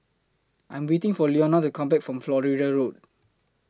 I'm waiting For Leonia to Come Back from Florida Road